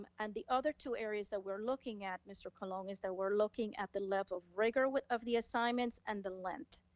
um and the other two areas that we're looking at, mr. colon, is that we're looking at the level of rigor of the assignments and the length,